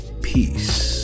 Peace